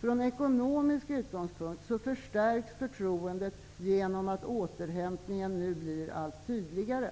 Från ekonomisk utgångspunkt förstärks förtroendet genom att återhämtningen nu blir allt tydligare.